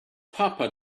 papa